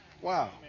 Wow